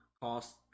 cost